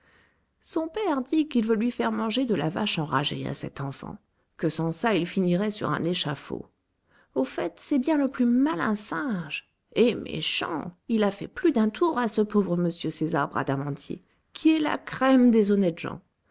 son père dit qu'il veut lui faire manger de la vache enragée à cet enfant que sans ça il finirait sur un échafaud au fait c'est bien le plus malin singe et méchant il a fait plus d'un tour à ce pauvre m césar bradamanti qui est la crème des honnêtes gens